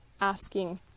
asking